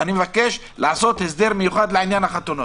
אני במבקש לעשות הסדר מיוחדת לנושא החתונות.